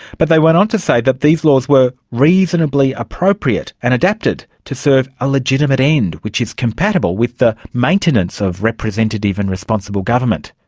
but they went on to say that these laws were reasonably appropriate and adapted to serve a legitimate end which is compatible with the maintenance of representative and responsible government.